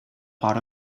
part